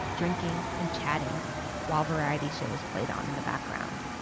drinking, and chatting while variety shows played on in the background.